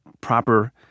proper